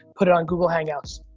put it on google hangouts.